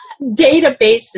databases